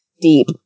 deep